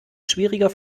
schwieriger